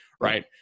Right